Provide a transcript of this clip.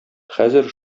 хәзер